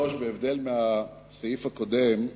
בהבדל מהסעיף הקודם,